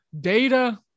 data